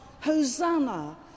Hosanna